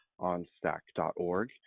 onstack.org